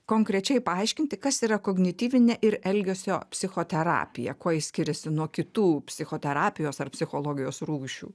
konkrečiai paaiškinti kas yra kognityvinė ir elgesio psichoterapija kuo ji skiriasi nuo kitų psichoterapijos ar psichologijos rūšių